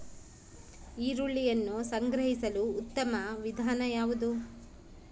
ಈರುಳ್ಳಿಯನ್ನು ಸಂಗ್ರಹಿಸಲು ಉತ್ತಮ ವಿಧಾನ ಯಾವುದು?